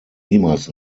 niemals